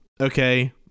okay